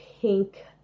pink